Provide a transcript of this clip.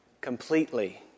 completely